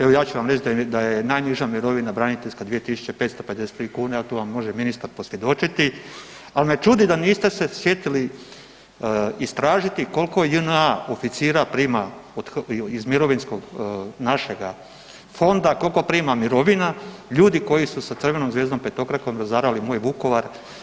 Evo ja ću vam reći da je najniža mirovina braniteljska 25550 kn, to vam može ministar posvjedočiti ali me čudi da niste se sjetili istražiti koliko JNA oficira prima iz mirovinskog našeg fonda, koliko prima mirovina, ljudi koji su sa crvenom zvijezdom petokrakom razarali moj Vukovar.